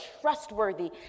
trustworthy